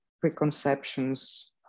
preconceptions